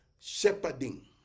Shepherding